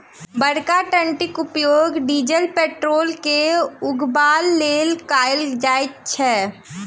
बड़का टंकीक उपयोग डीजल पेट्रोल के उघबाक लेल कयल जाइत छै